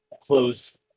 closed